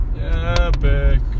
Epic